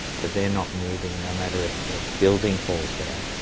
that they're not moving no matter if the building falls down.